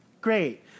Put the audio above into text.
Great